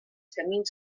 camins